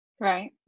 Right